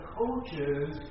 coaches